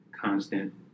constant